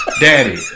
daddy